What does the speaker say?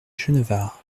genevard